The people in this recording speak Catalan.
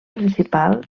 principal